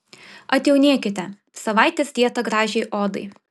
atjaunėkite savaitės dieta gražiai odai